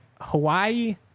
Hawaii